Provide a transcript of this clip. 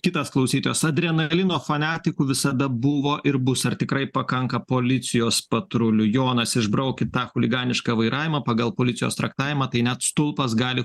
kitas klausytojas adrenalino fanatikų visada buvo ir bus ar tikrai pakanka policijos patrulių jonas išbraukit tą chuliganišką vairavimą pagal policijos traktavimą tai net stulpas gali